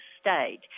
state